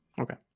okay